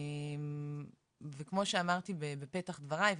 כמו שאמרתי בפתח דבריי,